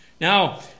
Now